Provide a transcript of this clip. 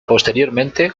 posteriormente